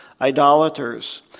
idolaters